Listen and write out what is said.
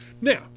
Now